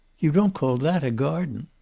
you don't call that a garden?